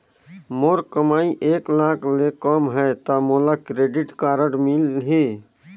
मोर कमाई एक लाख ले कम है ता मोला क्रेडिट कारड मिल ही?